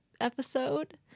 episode